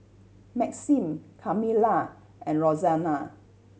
Maxim Kamilah and Roxanna